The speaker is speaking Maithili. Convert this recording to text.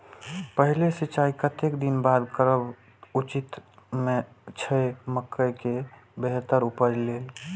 पहिल सिंचाई कतेक दिन बाद करब उचित छे मके के बेहतर उपज लेल?